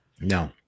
no